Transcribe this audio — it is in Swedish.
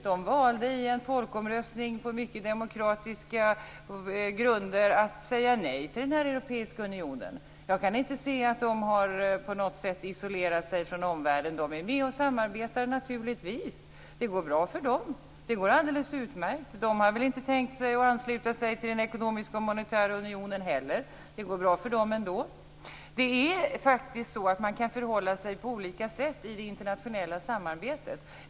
Det valde i en folkomröstning på mycket demokratiska grunder att säga nej till den europeiska unionen. Jag kan inte se att norrmännen på något sätt har isolerat sig från omvärlden. De är naturligtvis med och samarbetar. Det går alldeles utmärkt för dem. De har väl inte heller tänkt ansluta sig till den ekonomiska och monetära unionen. Det går bra för dem ändå. Man kan faktiskt förhålla sig på olika sätt i det internationella samarbetet.